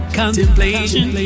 contemplation